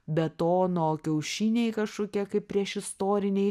betono kiaušiniai kažkokie kaip priešistoriniai